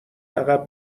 عقب